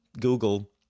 Google